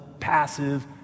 passive